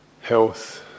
health